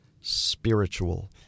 spiritual